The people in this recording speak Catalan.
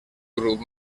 grup